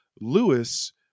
Lewis